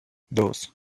dos